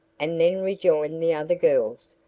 and then rejoined the other girls,